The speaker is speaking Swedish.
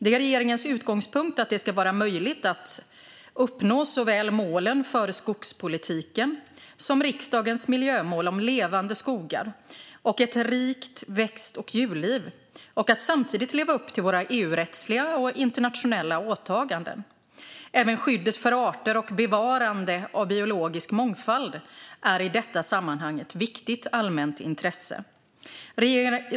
Det är regeringens utgångspunkt att det ska vara möjligt att uppnå såväl målen för skogspolitiken som riksdagens miljömål om levande skogar och ett rikt växt och djurliv och att samtidigt leva upp till våra EU-rättsliga och internationella åtaganden. Även skyddet för arter och bevarande av biologisk mångfald är i detta sammanhang ett viktigt allmänt intresse.